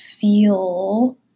feel